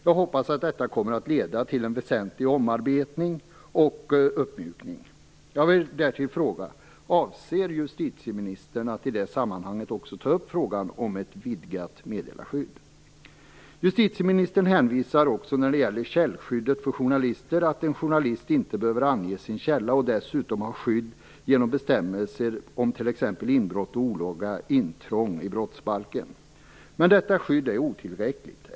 Jag hoppas att detta kommer att leda till en väsentlig omarbetning och uppmjukning. Jag vill därtill fråga: Avser justitieministern att i det sammanhanget också ta upp frågan om ett vidgat meddelarskydd? Justitieministern hänvisar också när det gäller källskyddet för journalister till att en journalist inte behöver ange sin källa och dessutom har skydd genom bestämmelser om t.ex. inbrott och olaga intrång i brottsbalken. Men detta skydd är otillräckligt.